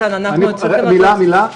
מתן, אנחנו צריכים --- מילה, מילה.